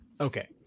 Okay